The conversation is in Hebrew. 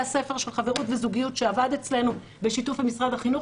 הספר של חברות וזוגיות שעבד אצלנו בשיתוף עם משרד החינוך.